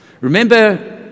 Remember